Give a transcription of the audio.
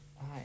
Hi